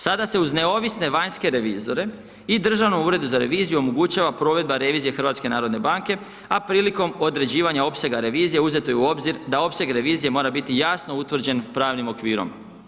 Sada se uz neovisne vanjske revizore i Državnom uredu za reviziju omogućava provedbe revizija HNB, a prilikom određivanja opsega revizija, uzeto je u obzir, da opseg revizije mora biti jasno utvrđen pravnim okvirom.